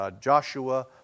Joshua